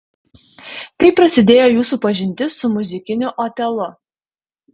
kaip prasidėjo jūsų pažintis su muzikiniu otelu